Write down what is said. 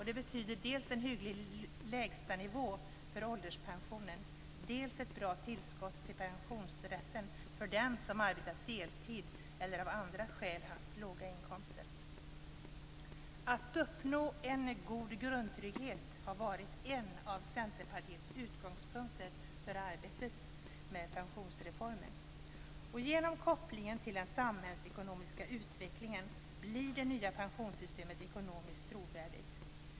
Det betyder dels en hygglig lägstanivå för ålderspension, dels ett bra tillskott till pensionsrätten för dem som arbetat deltid eller av andra skäl haft låga inkomster. Att uppnå en god grundtrygghet har varit en av Centerpartiets utgångspunkter för arbetet med pensionsreformen. Genom kopplingen till den samhällsekonomiska utvecklingen blir det nya pensionssystemet ekonomiskt trovärdigt.